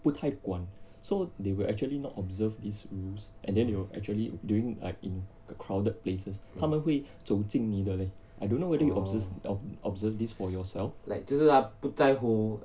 不太管 so they will actually not observe this rules and then they will actually during like in a crowded places 他们会走近你的 leh I don't know whether you obser~ ob~ observed this for yourself